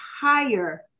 higher